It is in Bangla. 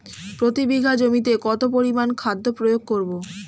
প্রতি বিঘা জমিতে কত পরিমান খাদ্য প্রয়োগ করব?